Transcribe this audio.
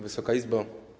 Wysoka Izbo!